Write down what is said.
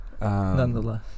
nonetheless